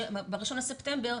רוצים שב-1 לספטמבר